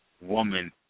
woman